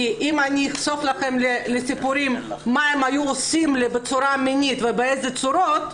אם אני אחשוף בפניכם מה הם היו עושים לי בצורה מינית ובאיזו צורות,